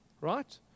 right